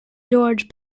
george